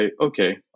okay